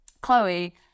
Chloe